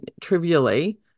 trivially